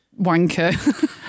wanker